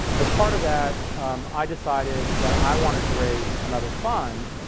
as part of that i decided that i wanted to raise another fund.